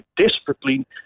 desperately